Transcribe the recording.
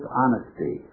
honesty